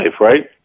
right